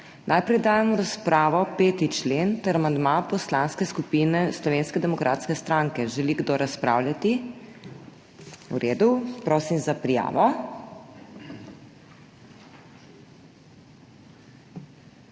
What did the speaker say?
Najprej dajem v razpravo 5. člen ter amandma Poslanske skupine Slovenske demokratske stranke. Želi kdo razpravljati? V redu. Prosim, za prijavo.